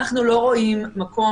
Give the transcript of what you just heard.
אנחנו לא רואים מקום,